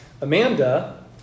Amanda